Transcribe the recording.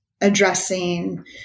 addressing